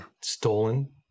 stolen